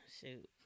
shoot